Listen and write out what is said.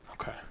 Okay